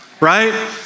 right